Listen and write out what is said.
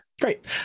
Great